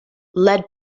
led